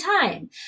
time